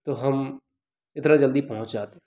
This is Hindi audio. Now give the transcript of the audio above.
तो हम इतना जल्दी पहुँच जाते